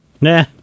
Nah